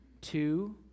two